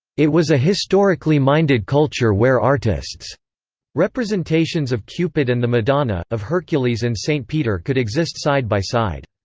it was a historically minded culture where artists' representations of cupid and the madonna, of hercules and st. peter could exist side-by-side.